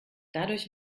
dadurch